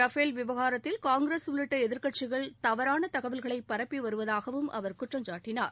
Rafale விவகாரத்தில் காங்கிரஸ் உள்ளிட்ட எதிர்கட்சிகள் தவறான தகவல்களை பரப்பி வருவதாகவும் அவர் குற்றம்சாட்டினார்